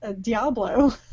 Diablo